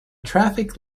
traffic